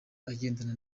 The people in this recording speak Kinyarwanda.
agendana